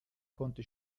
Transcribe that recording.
konnte